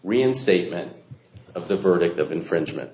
reinstatement of the verdict of infringement